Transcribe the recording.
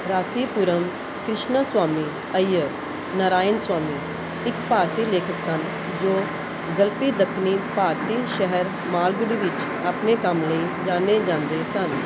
ਰਾਸੀਪੁਰਮ ਕ੍ਰਿਸ਼ਣਾਸਵਾਮੀ ਅਈਅਰ ਨਾਰਾਇਣਸਵਾਮੀ ਇੱਕ ਭਾਰਤੀ ਲੇਖਕ ਸਨ ਜੋ ਗਲਪੀ ਦੱਖਣੀ ਭਾਰਤੀ ਸ਼ਹਿਰ ਮਾਲਗੁਡੀ ਵਿੱਚ ਆਪਣੇ ਕੰਮ ਲਈ ਜਾਣੇ ਜਾਂਦੇ ਸਨ